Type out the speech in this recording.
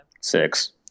Six